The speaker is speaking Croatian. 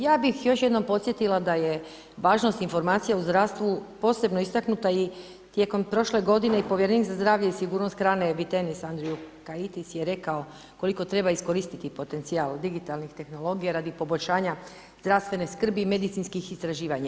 Ja bih još jednom podsjetila da je važnost informacija u zdravstvu posebno istaknuto i tijekom prošle godine povjerenik za zdravlje i sigurnost hrane Vytenis Andriukaitis je rekao koliko treba iskoristiti potencijal digitalnih tehnologija radi poboljšanja zdravstven skrbi i medicinskih istraživanja.